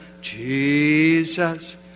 Jesus